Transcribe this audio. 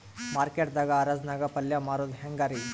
Market ದಾಗ್ ಹರಾಜ್ ನಾಗ್ ಪಲ್ಯ ಮಾರುದು ಹ್ಯಾಂಗ್ ರಿ?